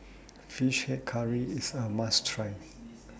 Fish Head Curry IS A must Try